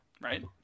Right